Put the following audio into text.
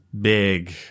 big